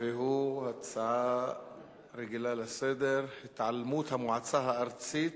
והוא הצעה רגילה לסדר-היום: התעלמות המועצה הארצית